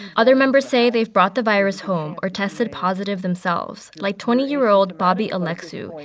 other members say they've brought the virus home or tested positive themselves, like twenty year old bobby alexiou.